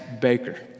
baker